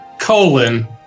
colon